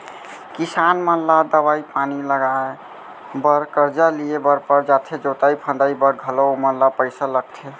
किसान मन ला दवई पानी लाए बर करजा लिए बर पर जाथे जोतई फंदई बर घलौ ओमन ल पइसा लगथे